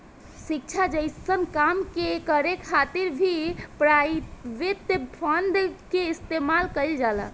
शिक्षा जइसन काम के करे खातिर भी प्राइवेट फंड के इस्तेमाल कईल जाला